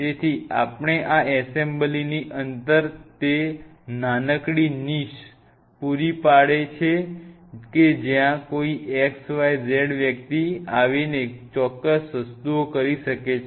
તેથી આપણે આ એસેમ્બલીની અંદર તે નાનકડી નીશ પૂરી પાડવી પડશે કે જ્યાં કોઇ xyz વ્યક્તિ આવીને ચોક્કસ વસ્તુઓ કરી શકે છે